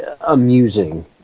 amusing